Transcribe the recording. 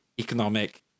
economic